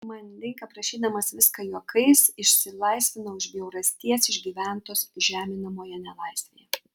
manding aprašydamas viską juokais išsilaisvinau iš bjaurasties išgyventos žeminamoje nelaisvėje